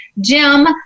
Jim